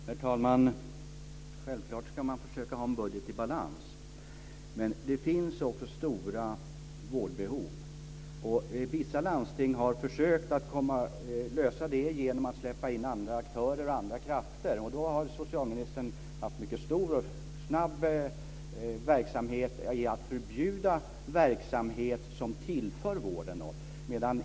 Herr talman! Självklart ska man försöka ha en budget i balans. Men det finns också stora vårdbehov. Vissa landsting har försökt att lösa detta genom att släppa in andra aktörer och andra krafter. Då har socialministern haft en mycket stor och snabb aktivitet när det gäller att förbjuda verksamhet som tillför vården något.